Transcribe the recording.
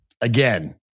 again